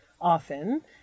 often